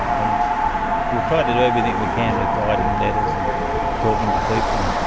and we've tried to do everything we can with writing letters and talking to people.